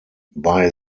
bei